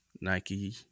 Nike